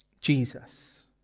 Jesus